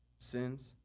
Sins